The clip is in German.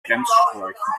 bremsschläuchen